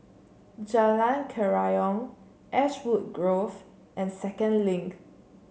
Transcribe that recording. Jalan Kerayong Ashwood Grove and Second Link